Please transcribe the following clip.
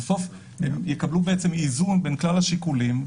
בסוף יקבלו איזון בין כלל השיקולים,